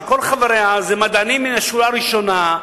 שכל חבריה מדענים מן השורה הראשונה,